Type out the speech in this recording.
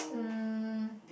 um